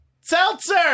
Seltzer